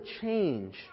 change